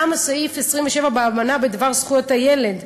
גם סעיף 27 באמנה בדבר זכויות הילד,